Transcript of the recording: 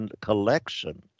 collection